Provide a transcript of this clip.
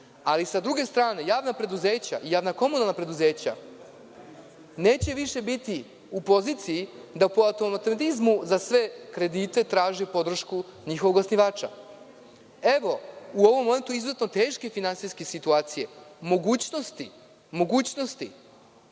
druge strane, javna preduzeća, javna komunalna preduzeća, neće više biti u poziciji da za sve kredite traže podršku njihovog osnivača.U ovom momentu izuzetno teške finansijske situacije, mogućnosti da se